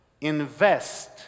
Invest